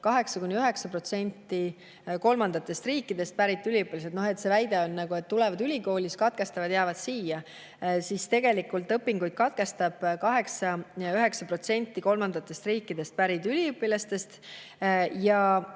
8–9% kolmandatest riikidest pärit üliõpilastest. See väide nagu on, et tulevad ülikooli, katkestavad, jäävad siia. Tegelikult õpingud katkestab 8–9% kolmandatest riikidest pärit üliõpilastest. Ja